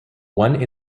one